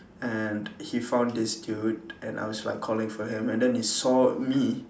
and he found this dude and I was like calling for him and then he saw me